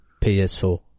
PS4